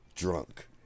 drunk